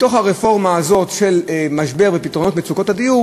בתוך הרפורמה הזאת של משבר ופתרונות מצוקת הדיור